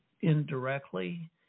indirectly